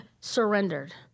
surrendered